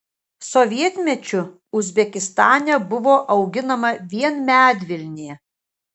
sovietmečiu uzbekistane buvo auginama vien medvilnė